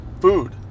food